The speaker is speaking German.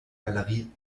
galerie